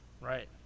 Right